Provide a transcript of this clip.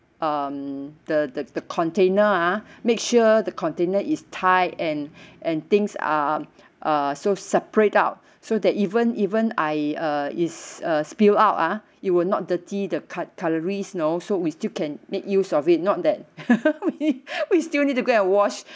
um the the the container ah make sure the container is tight and and things are uh so separate out so that even even I uh is uh spill out ah it will not dirty the cut~ cutleries know so we still can make use of it not that we we still need to go and wash